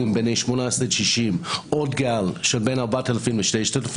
בני 18 עד 60 עוד גל של בין 4,000 ל-6,000,